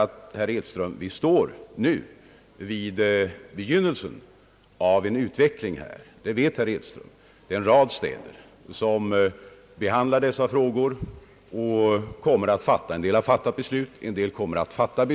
Som herr Edström vet, står vi nu vid begynnelsen av en utveckling; en rad städer behandlar dessa frågor och några har fattat beslut att söka tillstånd.